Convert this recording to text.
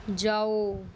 ਜਾਓ